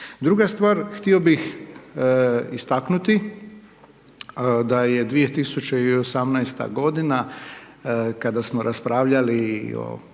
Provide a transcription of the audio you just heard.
Druga stvar, htio bih istaknuti da je 2018. godina kada smo raspravljali o